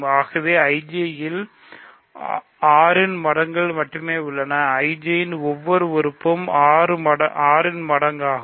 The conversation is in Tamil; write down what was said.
ஆகவே IJயில் 6 இன் மடங்குகள் மட்டுமே உள்ளன IJயின் ஒவ்வொரு உறுப்பு 6 இன் மடங்காகும்